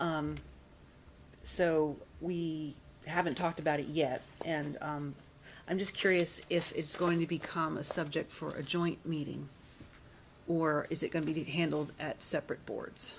it so we haven't talked about it yet and i'm just curious if it's going to become a subject for a joint meeting or is it going to be handled at separate boards